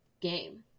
game